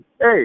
hey